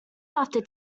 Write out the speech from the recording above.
after